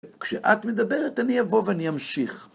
כשאת מדברת, אני אבוא ואני אמשיך.